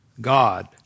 God